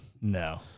no